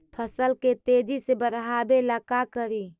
फसल के तेजी से बढ़ाबे ला का करि?